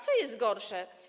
Co jest gorsze?